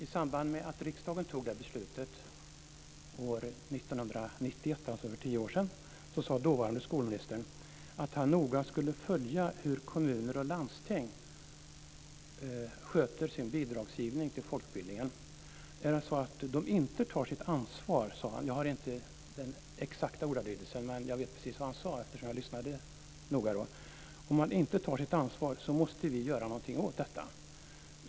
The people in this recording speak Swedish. I samband med att riksdagen fattade beslutet 1991, alltså för tio år sedan, sade dåvarande skolministern att han noga skulle följa hur kommuner och landsting sköter sin bidragsgivning till folkbildningen. Jag har inte den exakta ordalydelsen, men jag vet precis vad han sade, eftersom jag lyssnade noga då. Han sade: Är det så att kommuner och landsting inte tar sitt ansvar så måste vi göra någonting åt detta.